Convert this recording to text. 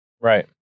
Right